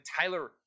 Tyler